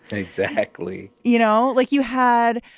exactly. you know, like you had,